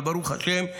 אבל ברוך השם,